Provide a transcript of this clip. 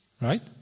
right